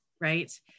right